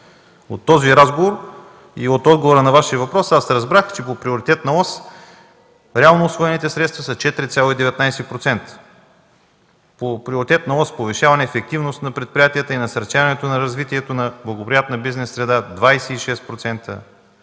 От този разговор и от отговора на Вашия въпрос аз разбрах, че по приоритетна ос реално усвоените средства са 4,19%. По Приоритетна ос „Повишаване ефективност на предприятията и насърчаване развитието на благоприятна бизнес среда” – 26%,